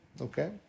okay